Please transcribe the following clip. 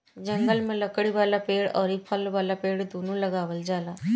जंगल में लकड़ी वाला पेड़ अउरी फल वाला पेड़ दूनो लगावल जाला